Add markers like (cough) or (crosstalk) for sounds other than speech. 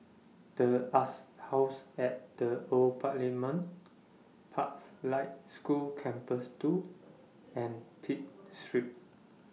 (noise) The Arts House At The Old Parliament Pathlight School Campus two and Pitt Street